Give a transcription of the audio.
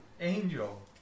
Angel